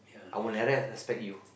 I'll never respect you